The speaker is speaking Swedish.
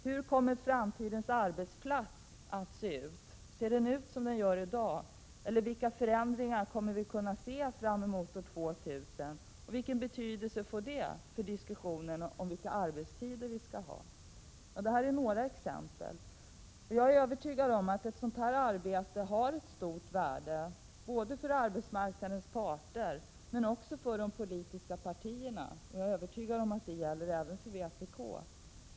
Hur kommer framtidens arbetsplats att se ut? Ser den ut som dagens arbetsplats? Vilka förändringar kommer vi att kunna se fram mot år 2000? Vilken betydelse får det för diskussionen om vilka arbetstider vi skall ha? Detta är några exempel. Jag är övertygad om att ett sådant här arbete har stort värde både för arbetsmarknadens parter och för de politiska partierna — och jag är övertygad om att det gäller även vpk.